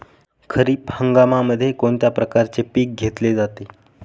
खरीप हंगामामध्ये कोणत्या प्रकारचे पीक घेतले जाते?